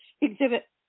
exhibit